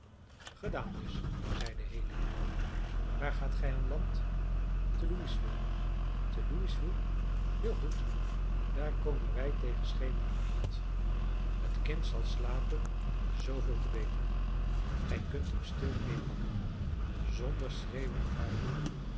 dus zeide haley waar gaat gij aan land te louisville te louisville heel goed daar komen wij tegen schemeravond het kind zal slapen zooveel te beter gij kunt hem stil meepakken zonder schreeuwen of huilen dat